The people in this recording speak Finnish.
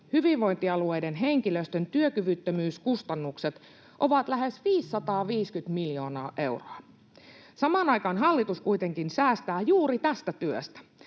hyvinvointialueiden henkilöstön työkyvyttömyyskustannukset ovat lähes 550 miljoonaa euroa. Samaan aikaan hallitus kuitenkin säästää juuri tästä työstä.